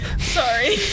Sorry